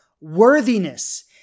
worthiness